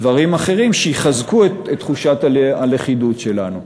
דברים אחרים שיחזקו את תחושת הלכידות שלנו.